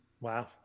Wow